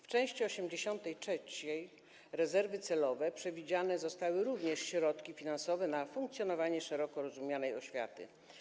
W części 83: Rezerwy celowe przewidziane zostały również środki finansowe na funkcjonowanie szeroko rozumianej oświaty.